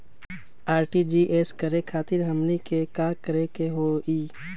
RTGS करे खातीर हमनी के का करे के हो ई?